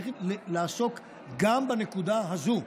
צריכים לעסוק גם בנקודה הזו.